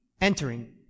entering